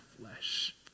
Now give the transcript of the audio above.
flesh